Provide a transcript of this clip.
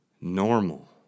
normal